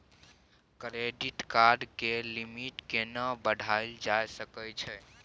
Credit card के limit केना बढायल जा सकै छै?